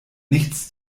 nichts